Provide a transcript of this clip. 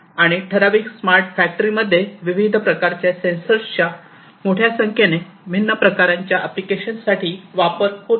आणि ठराविक smart factory मध्ये विविध प्रकारच्या सेंसरच्या मोठ्या संख्येने भिन्न प्रकारांच्या एप्लिकेशन्स साठी वापर होतो